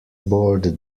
bored